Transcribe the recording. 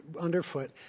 underfoot